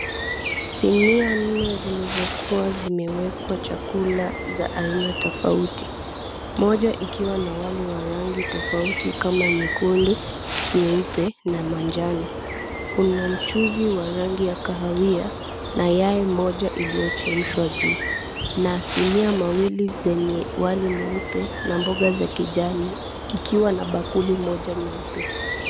Sinia nne zilizokuwa zimewekwa chakula za aina tofauti. Moja ikiwa na wali wa rangi tofauti kama nyekundu, nyeupe na manjano, kuna mchuzi wa rangi ya kahawia na yai moja iliochemshwa juu na sinia mawili zenye wali mweupe na mboga za kijani ikiwa na bakuli moja nyeupe.